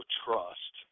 trust